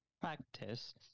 practice